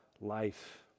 life